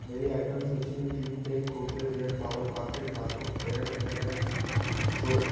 मेरी आइटम सूचि में तीन pack Godrej air power pocket bathroom air fragrance जोड़ें